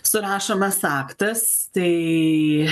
surašomas aktas tai